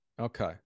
Okay